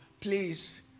Please